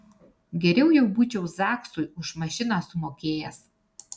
geriau jau būčiau zaksui už mašiną sumokėjęs